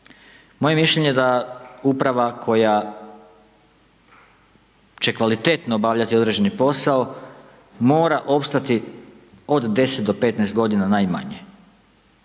Moje mišljenje je da uprava koja će kvalitetno obavljati određeni posao, morao opstati od 10-15 godina najmanje.